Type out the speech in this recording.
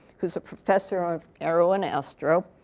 who's a professor of aero and astro.